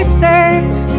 safe